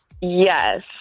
Yes